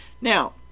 Now